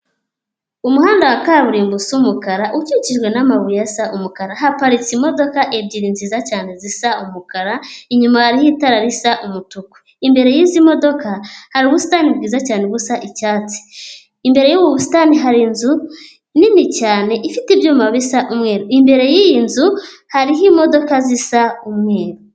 Umuhanda wa kaburimbo usa umukara, ukikijwe n'amabuye asa umukara. Haparitse imodoka ebyiri nziza cyane zisa umukara, inyuma hariho itara risa umutuku. Imbere yizi modoka hari ubusitani bwiza cyane busa icyatsi. Imbere yubu busitani hari inzu nini cyane ifite ibyuma bisa umweru. Imbere yiyi nzu hariho imodoka zisa umweru.